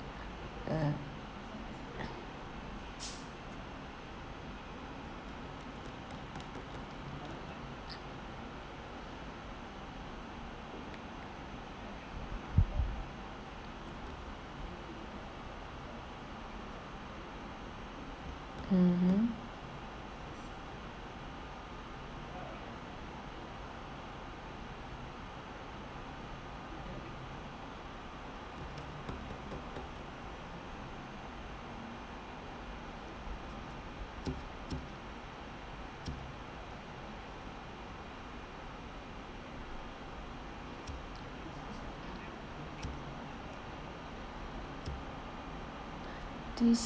ah mmhmm